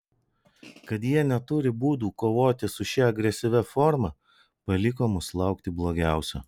kad jie neturi būdų kovoti su šia agresyvia forma paliko mus laukti blogiausio